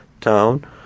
town